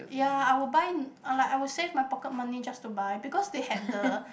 ya I would buy unlike I would save my pocket money just to buy because they had the